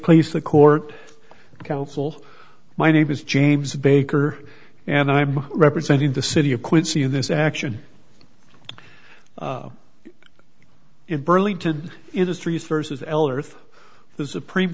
please the court counsel my name is james baker and i am representing the city of quincy in this action in burlington industries versus l or through the supreme